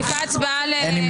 הצבעה לא אושרו.